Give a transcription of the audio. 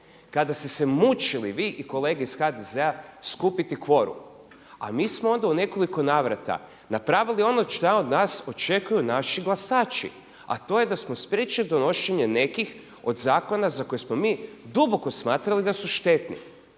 kada ste se mučili vi i kolege iz HDZ-a skupiti kvorum. A mi smo onda u nekoliko navrata napravili ono šta od nas očekuju naši glasaći a to je da smo spriječili donošenje nekih od zakona za koje smo mi duboko smatrali da su štetni.